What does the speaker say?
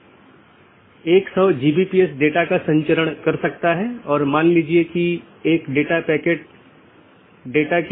इस प्रकार हमारे पास आंतरिक पड़ोसी या IBGP है जो ऑटॉनमस सिस्टमों के भीतर BGP सपीकरों की एक जोड़ी है और दूसरा हमारे पास बाहरी पड़ोसीयों या EBGP कि एक जोड़ी है